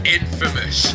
infamous